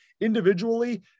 Individually